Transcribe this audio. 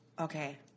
okay